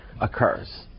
occurs